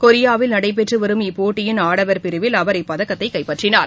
கொரியாவில் நடைபெற்றுவரும் இப்போட்டியின் ஆடவர் பிரிவில் அவர் இப்பதக்கத்தை கைப்பற்றினார்